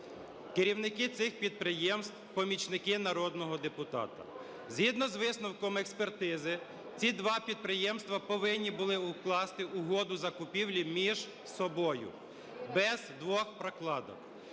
керівники цих підприємств – помічники народного депутата. Згідно з висновком експертизи, ці два підприємства повинні були укласти угоду закупівлі між собою, без двох прокладок,